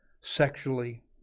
sexually